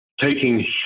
taking